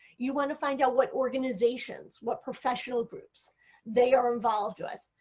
you want to find out what organizations, what professional groups they are involved with.